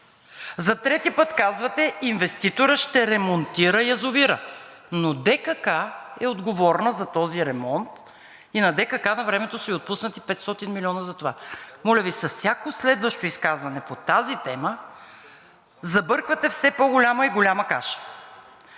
За трети път казвате: инвеститорът ще ремонтира язовира, но ДКК е отговорна за този ремонт и на ДКК навремето са и отпуснати 500 милиона за това. Моля Ви, с всяко следващо изказване по тази тема забърквате все по-голяма и голяма каша.